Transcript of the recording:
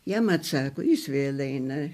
jam atsako jis vėl eina